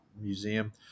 museum